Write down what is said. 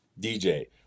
DJ